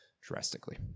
drastically